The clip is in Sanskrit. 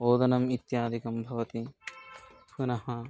ओदनम् इत्यादिकं भवति पुनः